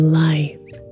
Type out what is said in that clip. life